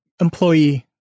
Employee